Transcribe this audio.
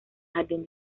jardín